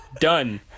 Done